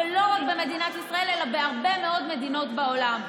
ולא רק במדינת ישראל אלא בהרבה מאוד מדינות בעולם.